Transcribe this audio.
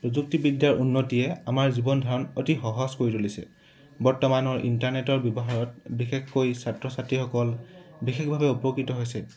প্ৰযুক্তিবিদ্যাৰ উন্নতিয়ে আমাৰ জীৱন ধাৰণ অতি সহজ কৰি তুলিছে বৰ্তমানৰ ইণ্টাৰনেটৰ ব্যৱহাৰত বিশেষকৈ ছাত্ৰ ছাত্ৰীসকল বিশেষভাৱে উপকৃত হৈছে